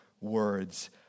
words